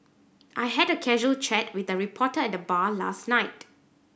I had a casual chat with a reporter at the bar last night